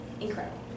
incredible